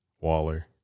Waller